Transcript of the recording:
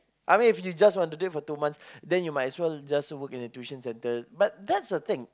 I mean if you just want to do it for two months then you might as well just work in a tuition centre but that's the thing